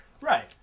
Right